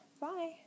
Bye